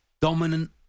dominant